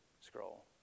scroll